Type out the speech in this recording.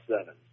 seven